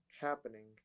happening